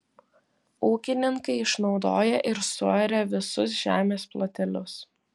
ūkininkai išnaudoja ir suaria visus žemės plotelius